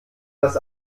das